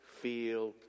feel